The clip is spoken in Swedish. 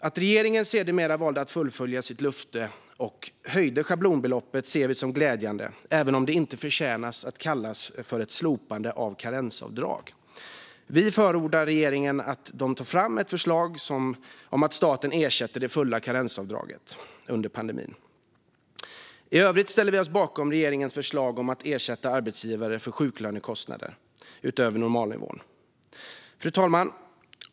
Att regeringen sedermera valde att fullfölja sitt löfte och höjde schablonbeloppet ser vi som glädjande, även om det inte förtjänar att kallas för ett slopande av karensavdraget. Vi förordar att regeringen tar fram ett förslag om att staten ersätter det fulla karensavdraget under pandemin. I övrigt ställer vi oss bakom regeringens förslag om att ersätta arbetsgivare för sjuklönekostnader utöver normalnivån. Fru talman!